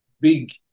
big